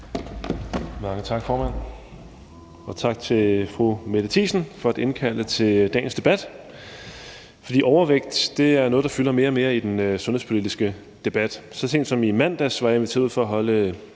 Mange tak, formand. Og tak til fru Mette Thiesen for at indkalde til dagens debat. For overvægt er noget, der fylder mere og mere i den sundhedspolitiske debat. Så sent som i mandags var jeg inviteret ud for at holde